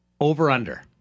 Over-under